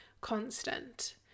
constant